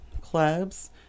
clubs